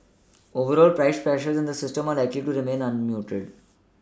overall price pressures in the system are likely to remain muted